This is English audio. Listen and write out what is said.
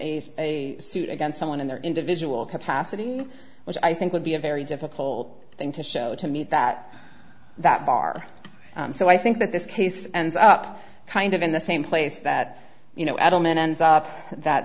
a suit against someone in their individual capacity which i think would be a very difficult thing to show to meet that that bar so i think that this case ends up kind of in the same place that you know adelman ends up that